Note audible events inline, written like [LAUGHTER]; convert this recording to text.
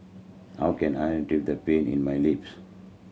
how can I [UNINTELLIGIBLE] the pain in my lips